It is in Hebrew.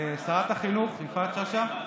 שרת החינוך יפעת שאשא,